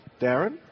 Darren